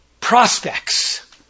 prospects